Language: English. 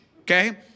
Okay